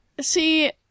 See